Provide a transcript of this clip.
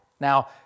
Now